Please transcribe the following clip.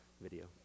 video